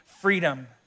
freedom